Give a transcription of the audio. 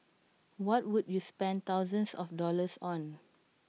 what would you spend thousands of dollars on